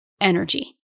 energy